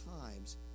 times